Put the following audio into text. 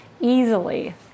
easily